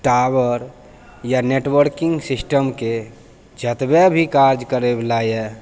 tower या networking सिस्टमके जतबे भी काज करैवला अइ